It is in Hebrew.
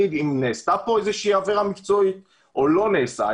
אם נעשתה כאן איזושהי עבירה מקצועית או לא נעשתה,